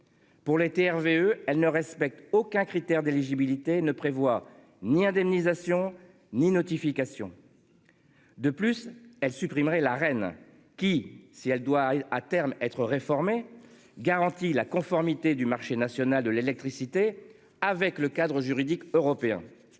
Hervé eux, elle ne respecte aucun critère d'éligibilité ne prévoit ni indemnisation ni notification. De plus elle supprimerait la reine qui, si elle doit à terme être réformé garantit la conformité du marché national de l'électricité avec le cadre juridique européen.